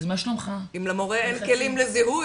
אם למורה אין כלים לזיהוי,